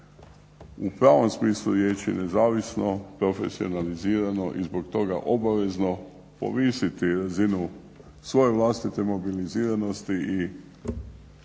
u pravom smislu riječi nezavisno, profesionalizirano i zbog toga obavezno povisiti razinu svoje vlastite mobiliziranosti i